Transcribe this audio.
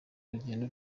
urugendo